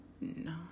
no